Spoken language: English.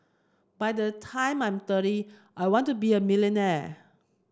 by the time I'm thirty I want to be a millionaire